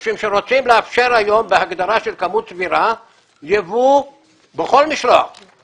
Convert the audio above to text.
משום שרוצים לאפשר היום בהגדרה של כמות סבירה יבוא בכל משלוח של